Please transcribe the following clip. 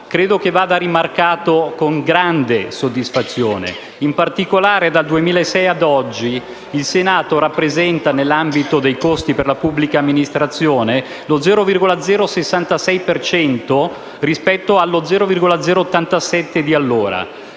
fatto da rimarcare con grande soddisfazione. In particolare dal 2006 ad oggi il Senato rappresenta, nell'ambito dei costi della pubblica amministrazione, lo 0,06 per cento rispetto allo 0,083 di allora.